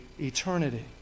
eternity